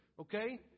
Okay